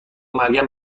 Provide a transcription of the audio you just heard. مرگم